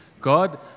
God